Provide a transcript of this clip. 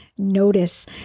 notice